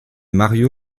mario